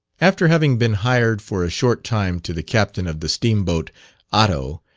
after having been hired for a short time to the captain of the steam-boat otto,